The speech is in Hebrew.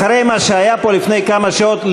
אחרי מה שהיה פה לפני כמה שעות,